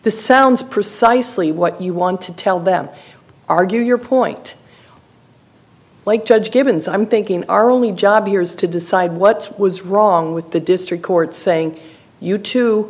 the sounds precisely what you want to tell them argue your point like judge givens i'm thinking our only job years to decide what was wrong with the district court saying you to